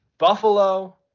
Buffalo